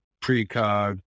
precog